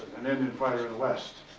an indian fighter in the west.